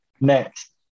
next